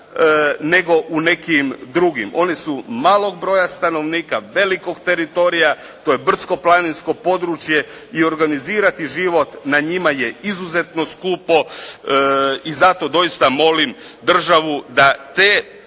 nego u nekim drugim. Oni su malog broja stanovnika, velikog teritorija, to je brdsko-planinsko područje i organizirati život na njima je izuzetno skupo i zato doista molim državu da te